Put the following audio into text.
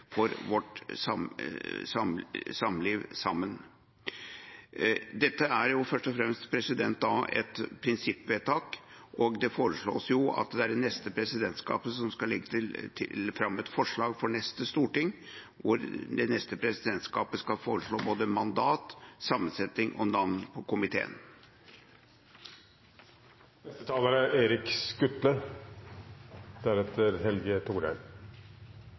for vårt samliv sammen. Dette er først og fremst et prinsippvedtak. Det foreslås at det neste presidentskapet skal legge fram for neste storting et forslag til både mandat, sammensetning og navn på